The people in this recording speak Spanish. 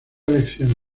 elección